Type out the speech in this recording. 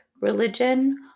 religion